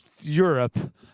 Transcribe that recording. europe